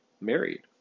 married